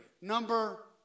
number